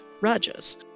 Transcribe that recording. rajas